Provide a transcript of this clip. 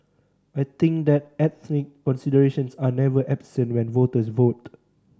I think that ethnic considerations are never absent when voters vote